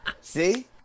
See